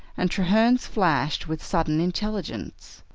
and treherne's flashed with sudden intelligence,